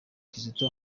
kizito